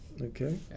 okay